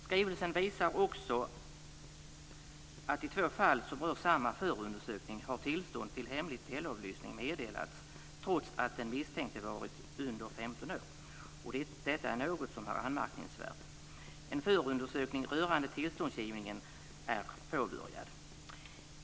Skrivelsen visar också att i två fall som rör samma förundersökning har tillstånd till hemlig teleavlyssning meddelats trots att den misstänkte varit under 15 år. Detta är något som är anmärkningsvärt. En förundersökning rörande tillståndsgivningen är påbörjad.